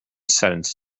sentenced